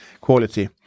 quality